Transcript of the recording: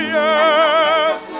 yes